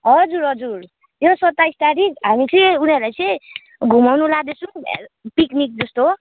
हजुर हजुर यो सत्ताइस तारिख हामी चाहिँ उनीहरूलाई चाहिँ घुमाउनु लाँदैछौँ पिकनिक जस्तो